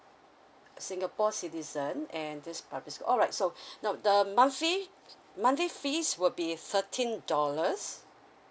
singapore citizen and this public alright so no the monthly monthly fees will be thirteen dollars